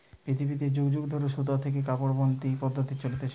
পৃথিবীতে যুগ যুগ ধরে সুতা থেকে কাপড় বনতিছে পদ্ধপ্তি চলতিছে